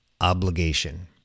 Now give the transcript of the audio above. obligation